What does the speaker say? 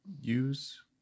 use